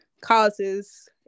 causes